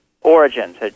origins